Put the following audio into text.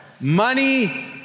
money